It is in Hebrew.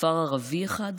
כפר ערבי אחד,